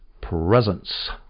presence